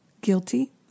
guilty